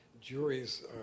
juries